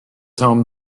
home